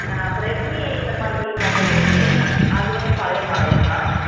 அப்போ ரெட்மி இந்த மாதிரி மொபைல் இருக்குது இல்லைங்க அது வந்து பழைய மாடலுங்களா